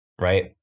right